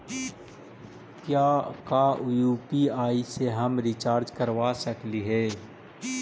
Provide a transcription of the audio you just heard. का यु.पी.आई से हम रिचार्ज करवा सकली हे?